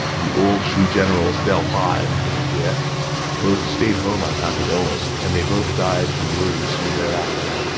the old shu generals liao hua and dong jue yeah both stayed home on account of illness, and they both died from worry soon thereafter